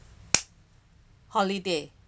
holiday